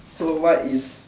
so what is